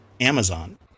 Amazon